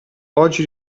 oggi